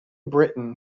britain